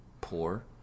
poor